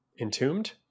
Entombed